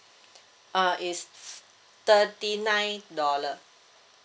uh is thirty nine dollar